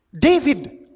David